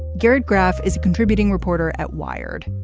garrett graff is a contributing reporter at wired.